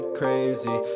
crazy